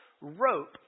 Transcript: rope